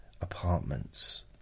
apartments